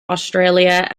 australia